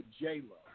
J-Lo